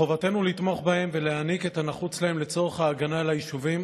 מחובתנו לתמוך בהם ולהעניק את הנחוץ להם לצורך ההגנה על היישובים,